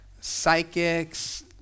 psychics